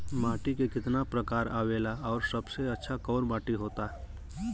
माटी के कितना प्रकार आवेला और सबसे अच्छा कवन माटी होता?